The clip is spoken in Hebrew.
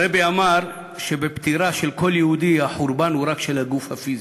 הרבי אמר שבפטירה של כל יהודי החורבן הוא רק של הגוף הפיזי,